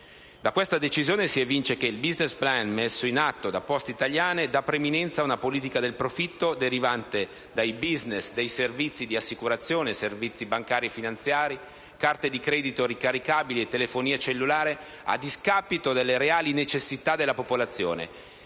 Da questa decisione si evince che il *business plan* messo in atto da Poste italiane dà preminenza ad una politica del profitto derivante dal *business* dei servizi di assicurazione, dei servizi bancari e finanziari, delle carte di credito e ricaricabili e della telefonia cellulare, a discapito delle reali necessità della popolazione,